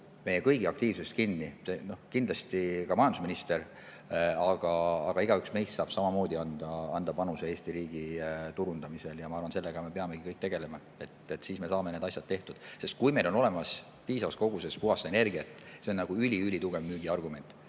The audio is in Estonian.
meie kõigi aktiivsuses kinni. Kindlasti ka majandusminister, aga igaüks meist saab samamoodi anda panuse Eesti riigi turundamisel. Ma arvan, et sellega me peamegi kõik tegelema, siis me saame need asjad tehtud. Sest kui meil on olemas piisavas koguses puhast energiat, siis see on ülitugev müügiargument.